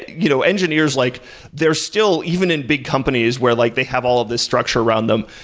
you know engineers like there still even in big companies, where like they have all these structure around them,